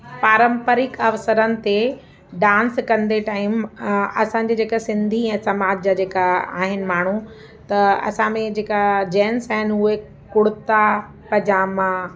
पारंपरिक अवसरनि ते डांस कंदे टाइम असांजे जेका सिंधी ऐं समाज जा जेका आहिनि माण्हू त असां में जेका जैंस आहिनि उहे कुर्ता पजामा